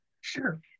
Sure